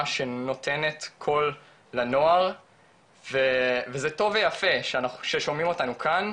שנותנת קול לנוער וזה טוב ויפה ששומעים אותנו כאן,